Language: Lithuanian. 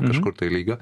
kažkur tai lygio